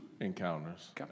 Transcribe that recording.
encounters